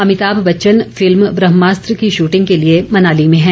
Amitabh Bachchan film Brahmastra की shooting के लिए मनाली में हैं